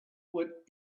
what